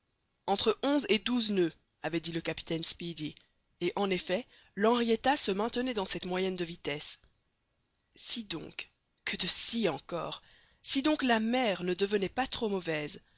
entre onze et douze noeuds avait dit le capitaine speedy et en effet l'henrietta se maintenait dans cette moyenne de vitesse si donc que de si encore si donc la mer ne devenait pas trop mauvaise